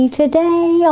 today